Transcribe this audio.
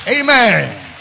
Amen